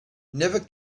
never